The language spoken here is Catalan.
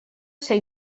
ser